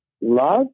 love